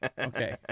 Okay